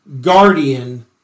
guardian